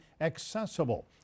accessible